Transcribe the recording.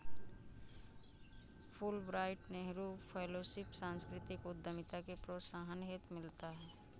Fulbright Nehru fellowship सांस्कृतिक उद्यमिता के प्रोत्साहन हेतु मिलता है